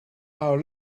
our